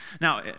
Now